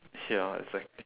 ya exactly